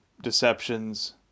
deceptions